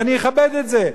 ואני אכבד את זה.